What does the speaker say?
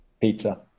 pizza